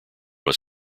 was